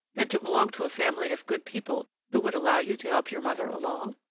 and to belong to a family of good people who would allow you to help your mother along?